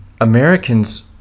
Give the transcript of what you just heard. Americans